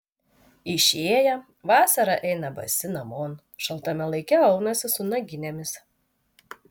išėję vasarą eina basi namon šaltame laike aunasi su naginėmis